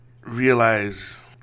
realize